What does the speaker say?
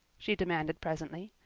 she demanded presently,